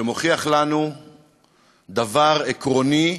שמוכיח לנו דבר עקרוני: